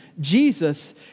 Jesus